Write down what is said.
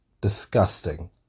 Disgusting